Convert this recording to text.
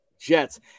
Jets